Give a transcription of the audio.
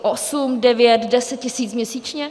Osm, devět, deset tisíc měsíčně?